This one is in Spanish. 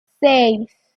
seis